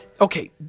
Okay